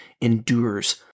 endures